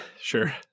sure